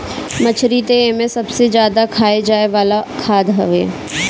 मछरी तअ एमे सबसे ज्यादा खाए जाए वाला खाद्य हवे